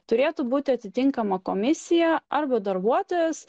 turėtų būti atitinkama komisija arba darbuotojas